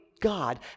God